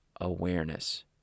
awareness